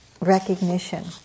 recognition